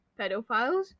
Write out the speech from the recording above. pedophiles